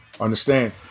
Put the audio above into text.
Understand